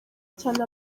cyane